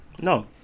no